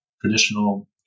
traditional